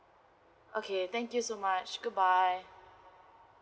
okay thank you so much good bye